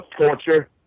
torture